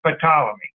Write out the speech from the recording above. Ptolemy